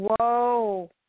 whoa